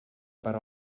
per